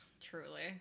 Truly